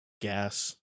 gas